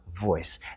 voice